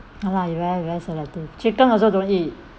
ya lah you very very selective chicken also don't eat